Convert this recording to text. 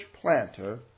planter